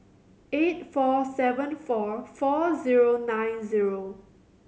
eight four seven four four zero nine zero